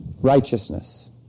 righteousness